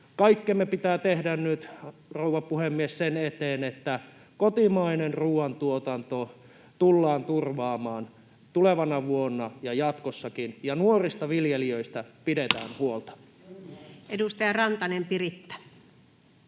Kaikkemme pitää tehdä nyt, rouva puhemies, sen eteen, että kotimainen ruoantuotanto tullaan turvaamaan tulevana vuonna ja jatkossakin. Ja nuorista viljelijöistä pidetään huolta. [Speech 477] Speaker: